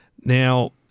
Now